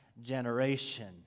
generation